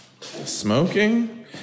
smoking